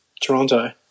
Toronto